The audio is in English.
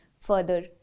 Further